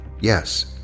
Yes